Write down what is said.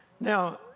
Now